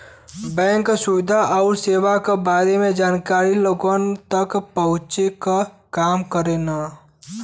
bank क सुविधा आउर सेवा क बारे में जानकारी लोगन तक पहुँचावे क काम करेलन